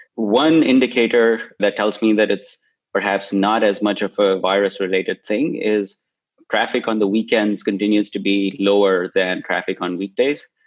one indicator that tells me that it's perhaps not as much of a virus related thing is traffic on the weekends continues to be lower than traffic on weekdays,